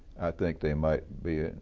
think they might be